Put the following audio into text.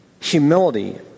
humility